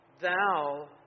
thou